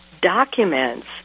documents